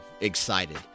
excited